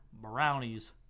Brownies